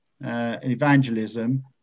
evangelism